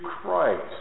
Christ